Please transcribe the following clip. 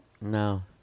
No